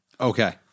Okay